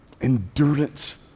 Endurance